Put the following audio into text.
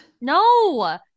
No